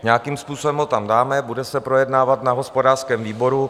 Nějakým způsobem ho tam dáme, bude se projednávat na hospodářském výboru.